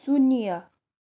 शून्य